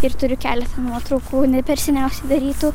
ir turiu keletą nuotraukų ne per seniausiai darytų